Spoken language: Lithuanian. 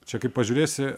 čia kaip pažiūrėsi